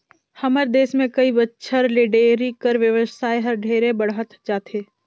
हमर देस में कई बच्छर ले डेयरी कर बेवसाय हर ढेरे बढ़हत जाथे